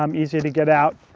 um easier to get out.